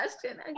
question